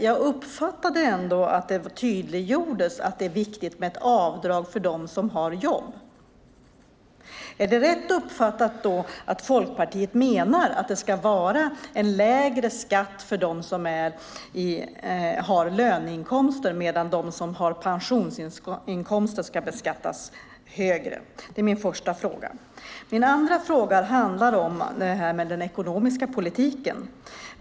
Jag uppfattade att det tydliggjordes att det är viktigt med ett avdrag för dem som har jobb. Är det rätt uppfattat att Folkpartiet menar att det ska vara en lägre skatt för dem som har löneinkomster medan de som har pensionsinkomster ska beskattas högre? Det är min första fråga. Min andra fråga handlar om den ekonomiska politiken.